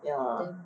ya